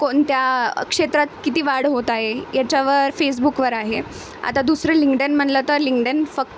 कोणत्या क्षेत्रात किती वाढ होत आहे याच्यावर फेसबुकवर आहे आता दुसरं लिंगडन म्हटलं तर लिंगडेन फक्त